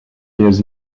years